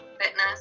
fitness